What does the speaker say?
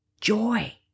joy